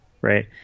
Right